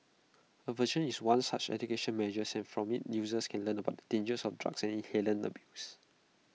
aversion is one such education measure and from IT users can learn about the dangers of drug and inhalant abuse